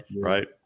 right